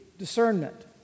Discernment